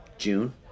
June